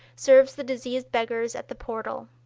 serves the diseased beggars at the portal.